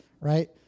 right